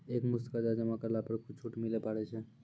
एक मुस्त कर्जा जमा करला पर कुछ छुट मिले पारे छै?